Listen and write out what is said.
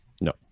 no